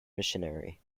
missionary